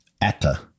Atta